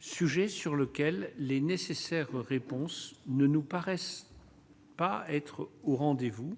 sujet sur lequel les nécessaires réponse ne nous paraissent pas être au rendez-vous